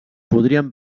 podrien